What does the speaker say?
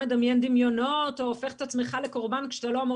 מדמיין דמיונות או הופך את עצמך לקורבן כשאתה לא אמור